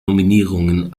nominierungen